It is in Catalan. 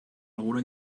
alguna